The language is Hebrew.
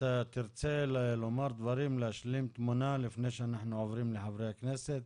תרצה לומר דברים או להשלים את התמונה לפני שאנחנו עוברים לחברי הכנסת,